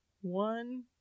One